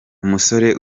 umusore